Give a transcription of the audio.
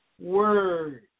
Word